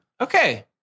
Okay